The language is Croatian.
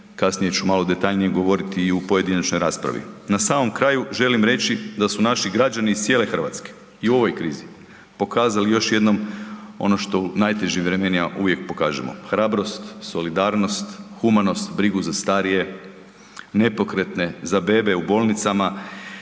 kasnije ću malo detaljnije govoriti i u pojedinačnoj raspravi. Na samom kraju, želim reći da su naši građani iz cijele Hrvatske i u ovoj krizi pokazali još jednom ono što u najtežim vremenima uvijek pokažemo, hrabrost, solidarnost, humanost, brigu za starije, nepokretne, za bebe u bolnicama,